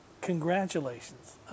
congratulations